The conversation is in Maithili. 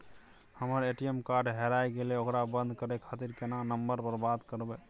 हमर ए.टी.एम कार्ड हेराय गेले ओकरा बंद करे खातिर केना नंबर पर बात करबे?